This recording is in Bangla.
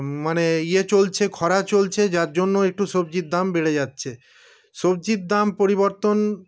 মানে ইয়ে চলছে খরা চলছে যার জন্য একটু সবজির দাম বেড়ে যাচ্ছে সবজির দাম পরিবর্তন